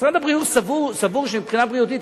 משרד הבריאות סבור שמבחינה בריאותית,